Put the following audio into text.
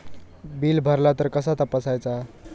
Bill भरला तर कसा तपसायचा?